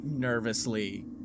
Nervously